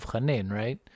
right